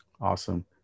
Awesome